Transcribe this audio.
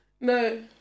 No